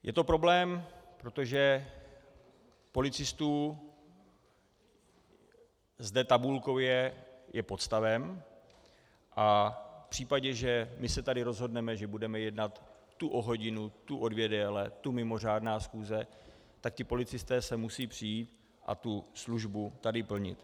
Je to problém, protože policistů zde tabulkově je pod stavem a v případě, že my se tady rozhodneme, že budeme jednat tu o hodinu, tu o dvě déle, tu mimořádná schůze, tak ti policisté sem musí přijít a tu službu tady plnit.